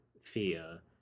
fear